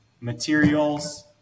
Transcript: materials